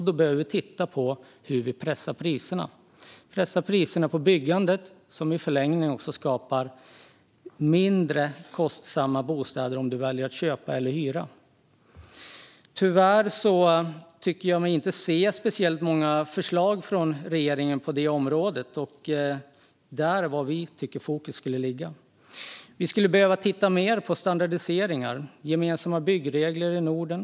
Då behöver vi titta på hur vi pressar priserna på byggandet, vilket i förlängningen också skapar mindre kostsamma bostäder oavsett om du väljer att köpa eller att hyra. Tyvärr ser jag inte speciellt många förslag från regeringen på detta område där fokus borde ligga. Vi skulle behöva titta mer på standardiseringar och gemensamma byggregler i Norden.